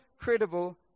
credible